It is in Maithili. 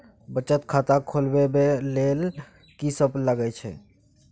बचत खाता खोलवैबे ले ल की सब लगे छै?